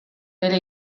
bere